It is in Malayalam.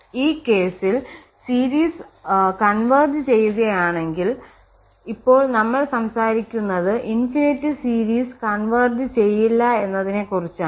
ഈ കേസിൽ സീരീസ് ഒത്തുചേരുകയാണെങ്കിൽ കാരണം ഇപ്പോൾ നമ്മൾ സംസാരിക്കുന്നത് അനന്തമായ സീരീസ് ഒത്തുചേരാനിടയില്ല എന്നതിനെക്കുറിച്ചാണ്